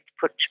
put